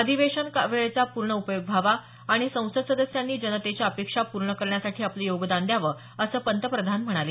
अधिवेशनात वेळेचा पूर्ण उपयोग व्हावा आणि संसद सदस्यांनी जनतेच्या अपेक्षा पूर्ण करण्यासाठी आपलं योगदान द्यावं असं पंतप्रधान म्हणाले